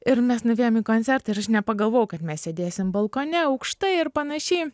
ir mes nuvėjom į koncertą ir aš nepagalvojau kad mes sėdėsim balkone aukštai ir panašiai